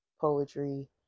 poetry